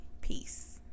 Peace